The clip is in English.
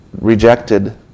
rejected